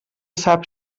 sap